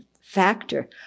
factor